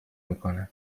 میکنن